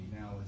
now